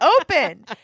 open